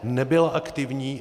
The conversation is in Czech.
Nebyla aktivní.